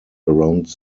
around